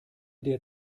der